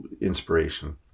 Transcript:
inspiration